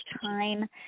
time